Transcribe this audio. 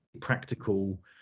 practical